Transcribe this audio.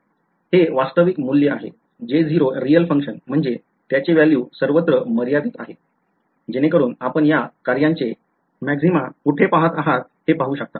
हे वास्तविक मूल्य आहे real function म्हणजे त्याचे value सर्वत्र मर्यादित आहेत जेणेकरून आपण या कार्याचे मॅक्सिमा कुठे पहात आहात हे पाहू शकता